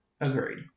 Agreed